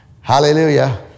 Hallelujah